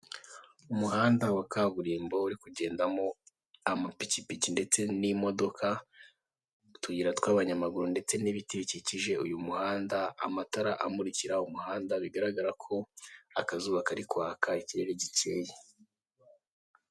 Umuhanda wa kaburimbo uri kugendamo amapikipiki ndetse n'imodoka, utuyira tw'abanyamaguru ndetse n'ibiti bikikije uyu muhanda, amatara amurikira umuhanda bigaragara ko akazuba kari kwaka ikirere gikeye.